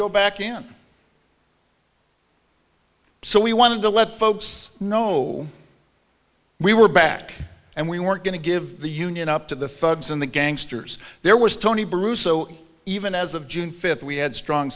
go back in so we wanted to let folks know we were back and we weren't going to give the union up to the thugs and the gangsters there was tony bru so even as of june fifth we had strong